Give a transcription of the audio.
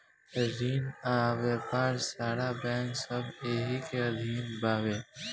रिन आ व्यापार सारा बैंक सब एही के अधीन बावे